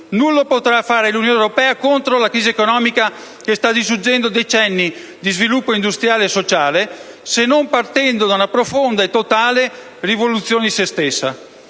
Nulla potrà fare l'Unione europea contro la crisi economica, che sta distruggendo decenni di sviluppo industriale e sociale, se non partendo da una profonda e totale rivoluzione di se stessa.